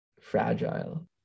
fragile